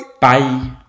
Bye